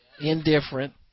indifferent